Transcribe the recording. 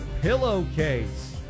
pillowcase